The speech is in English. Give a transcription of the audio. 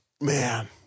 Man